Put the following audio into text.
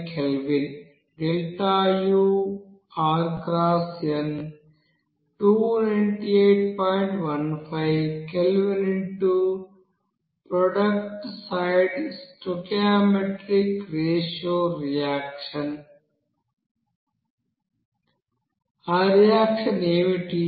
15 kelvin x product side stoichiometric ratio reaction ఆ reaction ఏమిటి